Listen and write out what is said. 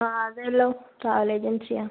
ആ അതെല്ലോ ട്രാവൽ ഏജൻസിയാണ്